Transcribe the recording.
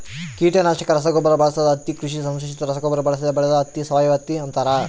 ಕೀಟನಾಶಕ ರಸಗೊಬ್ಬರ ಬಳಸದ ಹತ್ತಿ ಕೃಷಿ ಸಂಶ್ಲೇಷಿತ ರಸಗೊಬ್ಬರ ಬಳಸದೆ ಬೆಳೆದ ಹತ್ತಿ ಸಾವಯವಹತ್ತಿ ಅಂತಾರ